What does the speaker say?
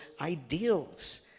ideals